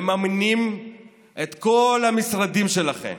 מממנים את כל המשרדים שלכם,